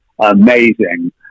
amazing